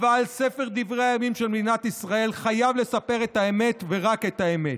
אבל ספר דברי הימים של מדינת ישראל חייב לספר את האמת ורק את האמת,